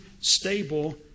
stable